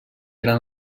eren